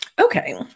Okay